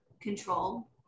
control